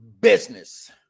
business